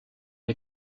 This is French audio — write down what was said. est